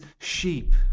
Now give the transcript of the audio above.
sheep